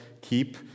keep